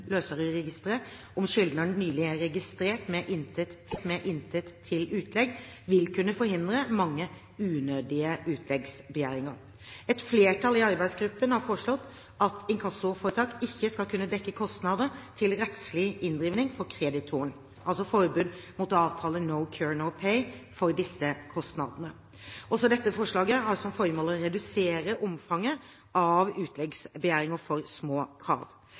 om skyldneren nylig er registrert med «intet til utlegg», vil kunne forhindre mange unødige utleggsbegjæringer. Et flertall i arbeidsgruppen har foreslått at inkassoforetak ikke skal kunne dekke kostnader til rettslig inndriving for kreditoren – altså forbud mot å avtale «no cure no pay» for disse kostnadene. Også dette forslaget har som formål å redusere omfanget av utleggsbegjæringer for små krav.